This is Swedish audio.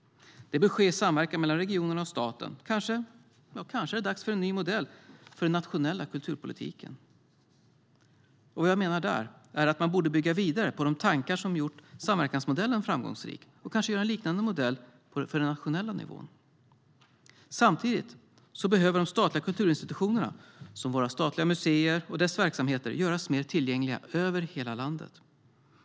Det bör ske i samverkan mellan regionerna och staten. Det kanske är dags för en ny modell för den nationella kulturpolitiken? Vad jag menar är att man borde bygga vidare på de tankar som gjort samverkansmodellen framgångsrik och göra en liknande modell för den nationella nivån. Samtidigt behöver de statliga kulturinstitutionerna, som våra statliga museer och deras verksamheter, göras mer tillgängliga över hela landet.